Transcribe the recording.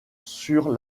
sur